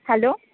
hello